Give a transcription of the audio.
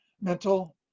mental